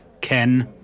Ken